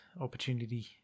opportunity